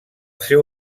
seu